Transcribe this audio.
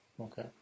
Okay